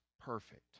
perfect